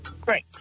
Great